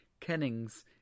Kennings